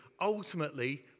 ultimately